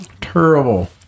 Terrible